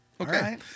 Okay